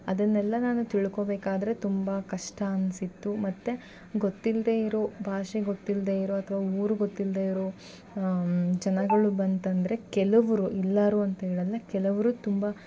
ಅದನ್ನೆಲ್ಲ ನಾನು ತಿಳ್ಕೋಬೇಕಾದರೆ ತುಂಬ ಕಷ್ಟ ಅನಿಸಿತ್ತು ಮತ್ತೆ ಗೊತ್ತಿಲ್ಲದೇ ಇರೋ ಭಾಷೆ ಗೊತ್ತಿಲ್ಲದೇ ಇರೋ ಅಥವಾ ಊರು ಗೊತ್ತಿಲ್ಲದೇ ಇರೋ ಜನಗಳು ಬಂತಂದರೆ ಕೆಲವರು ಎಲ್ಲರು ಅಂತ್ಹೇಳಲ್ಲ ಕೆಲವರು ತುಂಬ